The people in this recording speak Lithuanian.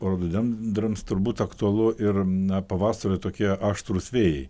rododendrams turbūt aktualu ir na pavasario tokie aštrūs vėjai